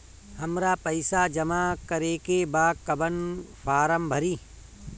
हमरा पइसा जमा करेके बा कवन फारम भरी?